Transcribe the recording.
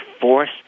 force